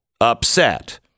upset